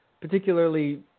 particularly